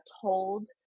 told